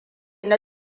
na